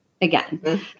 again